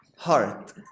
Heart